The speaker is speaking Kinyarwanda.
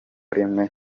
rimwe